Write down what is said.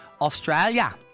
Australia